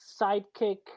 sidekick